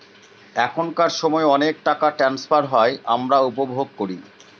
এখনকার সময় অনেক টাকা ট্রান্সফার হয় আমরা উপভোগ করি